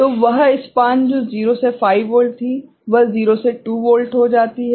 तो यह स्पान जो 0 से 5 वोल्ट थी अब 0 से 2 वोल्ट हो जाती है